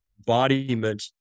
embodiment